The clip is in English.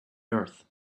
earth